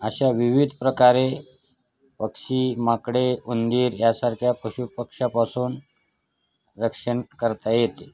अशा विविध प्रकारे पक्षी माकडे उंदीर यासारख्या पशुपक्षापासून रक्षण करता येते